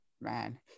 Man